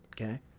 okay